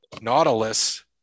Nautilus